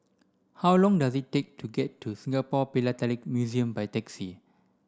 how long does it take to get to Singapore Philatelic Museum by taxi